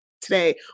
today